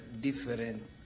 different